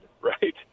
right